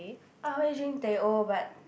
I always drink teh O but